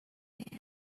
that